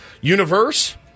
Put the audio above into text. universe